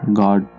god